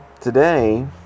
today